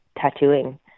tattooing